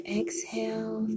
exhale